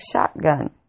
shotgun